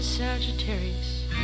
Sagittarius